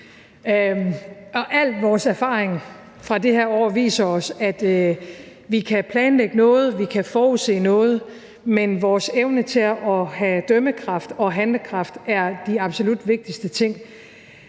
Al vores erfaring fra det her år viser os, at vi kan planlægge noget, at vi kan forudse noget, men vores evne til at have dømmekraft og handlekraft er de absolut vigtigste ting.